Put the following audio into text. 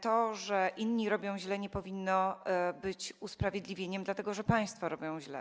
To, że inni robią źle, nie powinno być usprawiedliwieniem tego, że państwo robią źle.